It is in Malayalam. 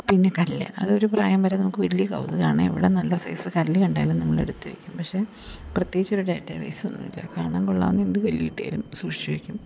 പിന്നെ കല്ല് അതൊരു പ്രായം വരെ നമുക്ക് വലിയ കൗതുകമാണ് എവിടെ നല്ല സൈസ് കല്ലു കണ്ടാലും നമ്മൾ എടുത്തു വെക്കും പക്ഷെ പ്രത്യേകിച്ച് ഒരു ഡാറ്റബേസ് ഒന്നുമില്ല കാണാൻ കൊള്ളാവുന്ന എന്ത് കല്ലു കിട്ടിയാലും സൂക്ഷിച്ചു വെക്കും